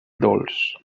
dolç